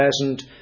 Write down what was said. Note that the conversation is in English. present